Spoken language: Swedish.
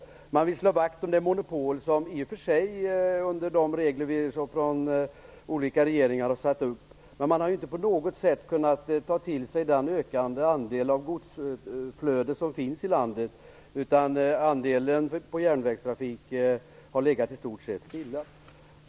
Vänsterpartiet vill slå vakt om det monopol som i och för sig fungerat med de regler olika regeringar har satt upp, men som inneburit att man inte på något sätt kunnat ta hand om den ökande andel av godsflöde som finns i landet. Nivån på andelen godsflöde i järnvägstrafik har legat i stort sett stilla.